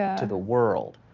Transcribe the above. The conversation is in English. to the world,